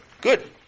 good